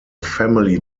family